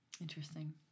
interesting